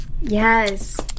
Yes